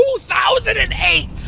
2008